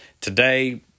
Today